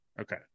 okay